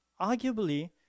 arguably